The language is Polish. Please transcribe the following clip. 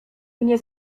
mnie